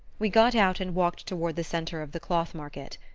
we got out and walked toward the centre of the cloth market.